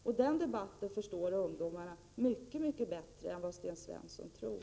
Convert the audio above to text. Och den debatten förstår ungdomarna mycket bättre än vad Sten Svensson tror.